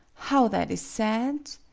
how that is sad!